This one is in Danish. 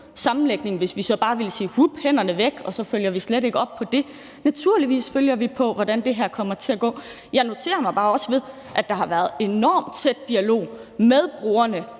hvis vi så bare ville sige: Vups, hænderne væk, og så følger vi slet ikke op på det. Naturligvis følger vi op på, hvordan det her kommer til at gå. Jeg noterer mig bare også, at der har været en enormt tæt dialog med brugerne